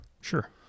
Sure